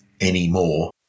anymore